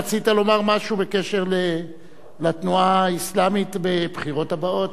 רצית לומר משהו בקשר לתנועה האסלאמית בבחירות הבאות.